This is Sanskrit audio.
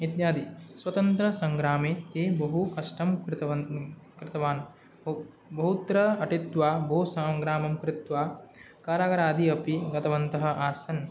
इत्यादिस्वतन्त्रसंग्रामे ये बहुकष्टं कृतवन् कृतवान् बह् बहुत्र अटित्वा बहुसंग्रामं कृत्वा काराग्रहादि अपि गतवन्तः आसन्